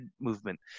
movement